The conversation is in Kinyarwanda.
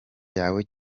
yawe